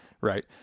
Right